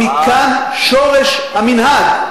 מכאן שורש המנהג,